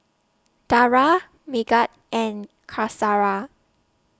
Dara Megat and Qaisara